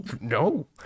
No